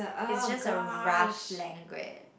is just a rough language